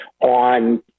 on